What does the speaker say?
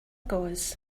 goes